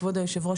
כבוד יושב הראש,